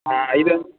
இது வந்து